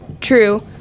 true